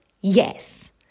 Yes